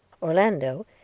Orlando